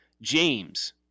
James